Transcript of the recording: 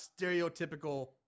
stereotypical